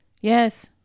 Yes